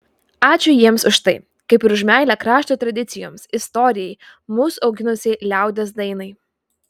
ačiū jiems už tai kaip ir už meilę krašto tradicijoms istorijai mus auginusiai liaudies dainai